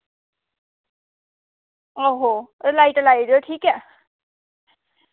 आहो एह् लाइट लाई देओ ठीक ऐ